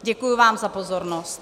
Děkuji vám za pozornost.